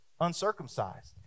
uncircumcised